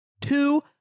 Two